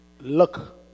Look